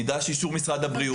נדרש אישור משרד הבריאות.